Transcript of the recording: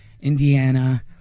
Indiana